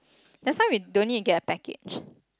that's why we don't need to get a package